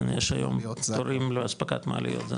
כן, יש היום תורים לאספקת מעליות.